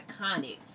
iconic